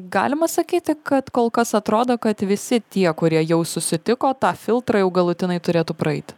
galima sakyti kad kol kas atrodo kad visi tie kurie jau susitiko tą filtrą jau galutinai turėtų praeiti